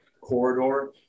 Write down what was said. corridor